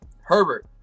Herbert